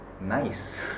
nice